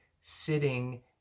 sitting